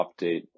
update